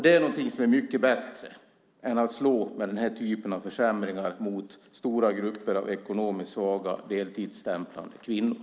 Det är någonting som är mycket bättre än att slå med den här typen av försämringar mot stora grupper av ekonomiskt svaga deltidsstämplande kvinnor.